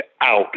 out